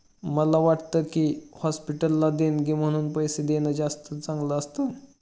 मला वाटतं की, हॉस्पिटलला देणगी म्हणून पैसे देणं जास्त चांगलं असतं